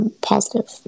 Positive